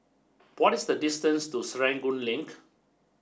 what is the distance to Serangoon Link